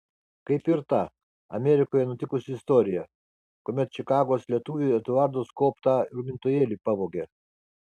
kaip ir ta amerikoje nutikusi istorija kuomet čikagos lietuviui eduardo skobtą rūpintojėlį pavogė